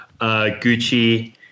Gucci